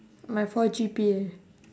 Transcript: my four G_P_A